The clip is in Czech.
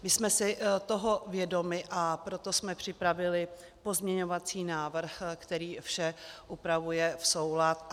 My jsme si toho vědomi, a proto jsme připravili pozměňovací návrh, který vše upravuje v soulad.